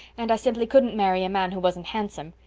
and i simply couldn't marry a man who wasn't handsome.